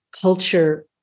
culture